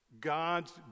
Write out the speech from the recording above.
God's